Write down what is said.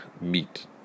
meet